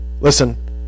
listen